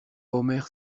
omer